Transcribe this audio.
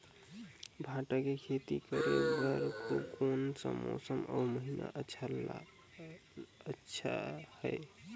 भांटा के खेती करे बार कोन सा मौसम अउ महीना अच्छा हे?